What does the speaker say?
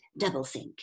doublethink